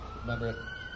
remember